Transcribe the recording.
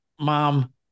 mom